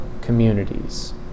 communities